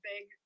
big